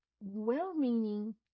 Well-meaning